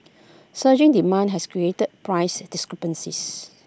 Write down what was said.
surging demand has created price discrepancies